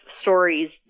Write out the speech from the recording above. stories